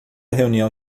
reunião